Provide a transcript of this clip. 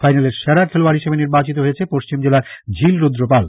ফাইন্যালের সেরা খেলোয়াড হিসেবে নির্বাচিত হয়েছে পশ্চিম জেলার ঝিল রুদ্র পাল